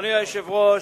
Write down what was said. אדוני היושב-ראש,